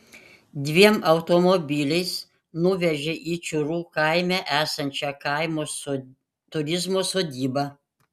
dviem automobiliais nuvežė į čiūrų kaime esančią kaimo turizmo sodybą